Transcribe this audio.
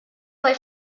poi